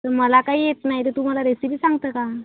तर मला काही येत नाही तर तू मला रेसिपी सांगतं का